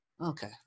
Okay